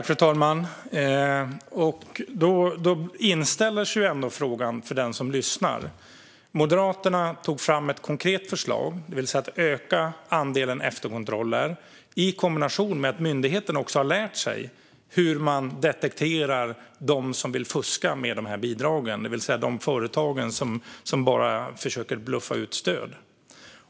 Fru talman! För den som lyssnar inställer sig då en fråga. Moderaterna tog fram ett konkret förslag om att öka andelen efterkontroller i kombination med att myndigheten har lärt sig hur man detekterar dem som vill fuska med bidragen, det vill säga de företag som försöker bluffa till sig stöd.